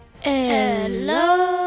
Hello